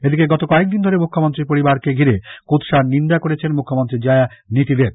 এদিকে গত কয়েকদিন ধরে মুখ্যমন্ত্রীর পরিবারকে ঘিরে কুৎসার নিন্দা করেছেন মুখ্যমন্ত্রী জায়া নীতি দেব